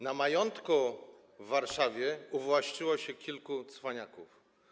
Na majątku w Warszawie uwłaszczyło się kilku cwaniaków.